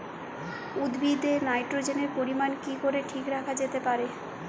উদ্ভিদে নাইট্রোজেনের পরিমাণ কি করে ঠিক রাখা যেতে পারে?